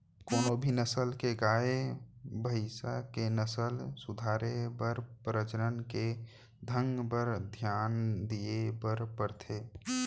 कोनों भी नसल के गाय, भईंस के नसल सुधारे बर प्रजनन के ढंग बर धियान दिये बर परथे